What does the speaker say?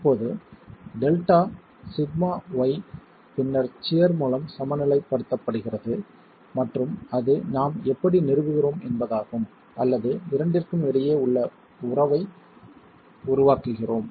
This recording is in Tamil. இப்போது Δσyy பின்னர் சியர் மூலம் சமநிலைப்படுத்தப்படுகிறது மற்றும் அது நாம் எப்படி நிறுவுகிறோம் என்பதாகும் அல்லது இரண்டிற்கும் இடையே உறவை உருவாக்குகிறோம்